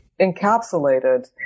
encapsulated